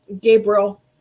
Gabriel